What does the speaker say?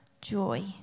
joy